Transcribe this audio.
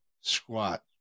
Squat